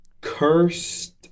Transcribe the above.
cursed